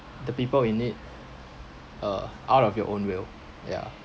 the people in need uh out of your own will yeah